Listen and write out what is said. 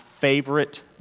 favorite